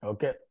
Okay